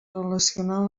relacionant